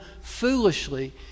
foolishly